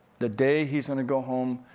the day he's gonna go home.